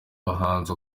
bahanzi